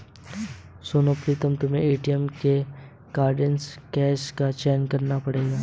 सुनो प्रीतम तुम्हें एटीएम में कार्डलेस कैश का चयन करना पड़ेगा